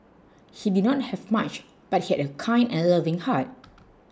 he did not have much but he had a kind and loving heart